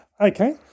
Okay